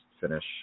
finish